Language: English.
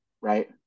right